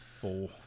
four